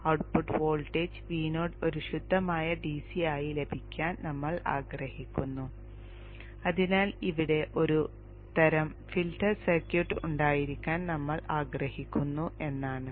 output voltage Vo ഒരു ശുദ്ധമായ DC ആയി ലഭിക്കാൻ നമ്മൾ ആഗ്രഹിക്കുന്നു അതിനാൽ ഇവിടെ ഒരു തരം ഫിൽട്ടർ സർക്യൂട്ട് ഉണ്ടായിരിക്കാൻ നമ്മൾ ആഗ്രഹിക്കുന്നു എന്നാണ്